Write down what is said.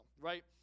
right